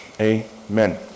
Amen